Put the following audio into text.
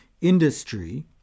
industry